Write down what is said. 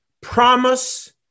promise